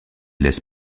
laisse